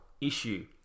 Issue